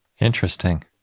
Interesting